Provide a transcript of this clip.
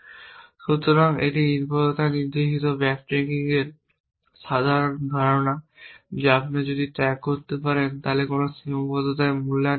সুতরাং এটি নির্ভরতা নির্দেশিত ব্যাকট্র্যাকিংয়ের সাধারণ ধারণা যে আপনি যদি ট্র্যাক রাখতে পারেন কোন সীমাবদ্ধতার মূল্যায়ন করা হচ্ছে